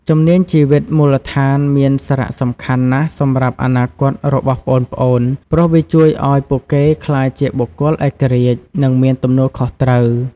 ជំនាញជីវិតមូលដ្ឋានមានសារៈសំខាន់ណាស់សម្រាប់អនាគតរបស់ប្អូនៗ ព្រោះវាជួយឱ្យពួកគេក្លាយជាបុគ្គលឯករាជ្យ និងមានទំនួលខុសត្រូវ។